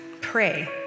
Pray